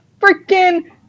freaking